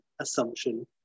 assumption